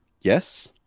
Yes